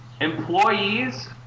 Employees